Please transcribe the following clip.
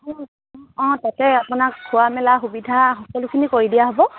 অঁ অঁ তাতে আপোনাক খোৱা মেলা সুবিধা সকলোখিনি কৰি দিয়া হ'ব